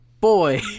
boy